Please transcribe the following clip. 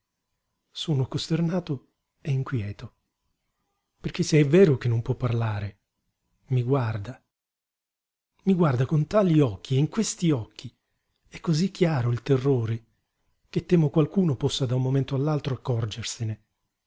sono costernato e inquieto perché se è vero che non può parlare mi guarda mi guarda con tali occhi e in questi occhi è cosí chiaro il terrore che temo qualcuno possa da un momento all'altro accorgersene